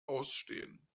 ausstehen